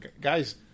guys